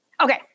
Okay